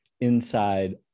inside